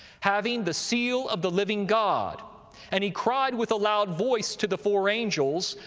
having the seal of the living god and he cried with a loud voice to the four angels,